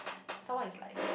some more it's like